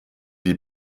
die